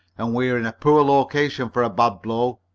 and we're in a poor location for a bad blow.